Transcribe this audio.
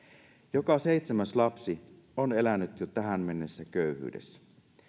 joka seitsemäs lapsi on elänyt jo tähän mennessä köyhyydessä